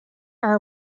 are